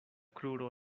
kruro